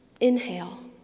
Inhale